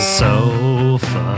sofa